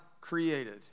created